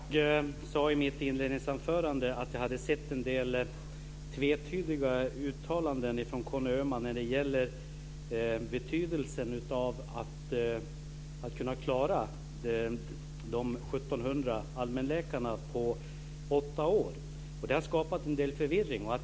Fru talman! Jag sade i mitt inledningsanförande att jag hade sett en del tvetydiga uttalanden från Conny Öhman när det gäller betydelsen av att kunna klara de 1 700 allmänläkarna på åtta år. Det har skapat en del förvirring.